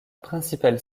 principale